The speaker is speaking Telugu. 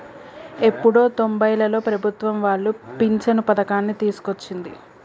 ఎప్పుడో తొంబైలలో ప్రభుత్వం వాళ్లు పించను పథకాన్ని తీసుకొచ్చింది